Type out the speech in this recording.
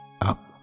Up